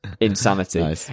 insanity